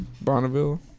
Bonneville